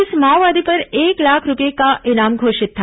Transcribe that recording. इस माओवादी पर एक लाख रूपये का इनाम घोषित था